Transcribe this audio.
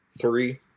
Three